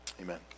Amen